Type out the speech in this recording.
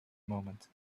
moment